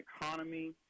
economy